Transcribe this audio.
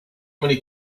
many